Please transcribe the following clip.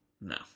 No